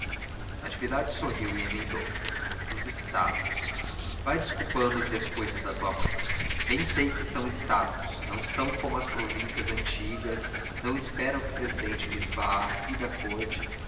natividade sorriu e emendou nos estados vai desculpando os descuidos de tua mãe bem sei que são estados não são como as províncias antigas não esperam que o presidente lhes vá aqui da corte